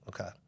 Okay